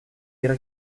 ihre